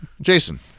Jason